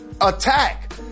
attack